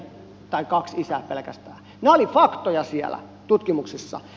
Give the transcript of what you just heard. nämä olivat faktoja siellä tutkimuksissa